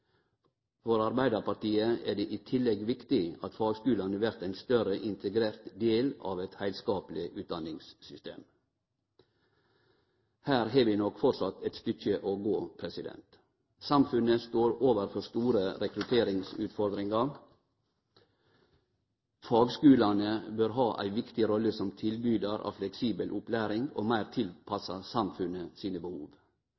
i tillegg viktig at fagskulane vert ein større integrert del av eit heilskapleg utdanningssystem. Her har vi nok framleis eit stykke å gå. Samfunnet står overfor store rekrutteringsutfordringar. Fagskulane bør ha ei viktig rolle som tilbydarar av fleksibel opplæring meir tilpassa samfunnet sine behov.